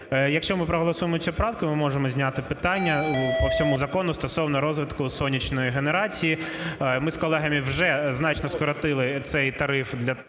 Якщо ми проголосуємо цю правку – ми зможемо зняти питання по всьому закону стосовно розвитку сонячної генерації. Ми з колегами вже значно скоротили цей тариф